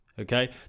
okay